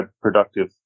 productive